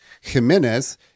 Jimenez